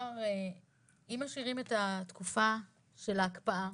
אם משאירים את התקופה של ההקפאה